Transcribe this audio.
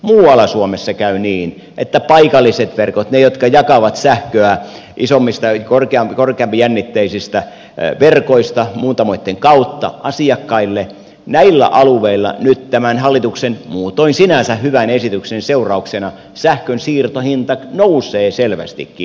muualla suomessa käy paikallisten verkkojen suhteen niin niiden jotka jakavat sähköä korkeampijännitteisistä verkoista muuntamoitten kautta asiakkaille että näillä alueilla nyt tämän hallituksen muutoin sinänsä hyvän esityksen seurauksena sähkön siirtohinta nousee selvästikin